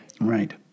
Right